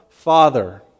father